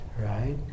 right